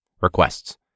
requests